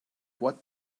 what